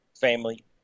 family